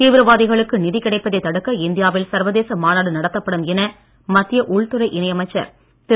தீவிரவாதிகளுக்கு நிதி கிடைப்பதை தடுக்க இந்தியாவில் சர்வதேச மாநாடு நடத்தப்படும் என மத்திய உள்துறை இணை அமைச்சர் திரு